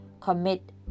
commit